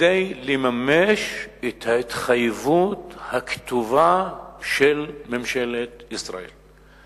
כדי לממש את ההתחייבות הכתובה של ממשלת ישראל.